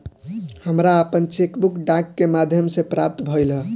हमरा आपन cheque book डाक के माध्यम से प्राप्त भइल ह